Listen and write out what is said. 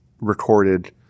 recorded